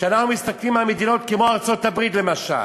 כשאנחנו מסתכלים על מדינות כמו ארצות-הברית למשל,